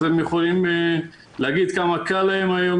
אז הם יכולים להגיד כמה קל להם היום